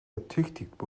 ertüchtigt